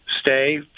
stay